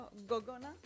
Gogona